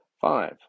Five